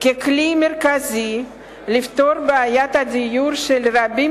ככלי מרכזי לפתרון בעיית הדיור של רבים